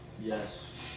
Yes